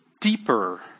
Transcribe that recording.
deeper